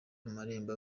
amarembo